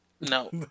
No